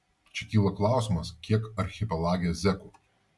čia kyla klausimas kiek archipelage zekų